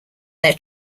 their